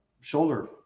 shoulder